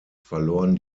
verloren